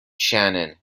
shannon